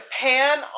pan